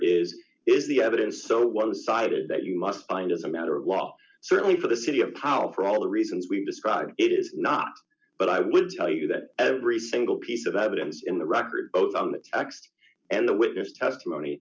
d is the evidence so one sided that you must find as a matter of law certainly for the city of power for all the reasons we describe it is not but i would tell you that every single piece of evidence in the record both on the text and the witness testimony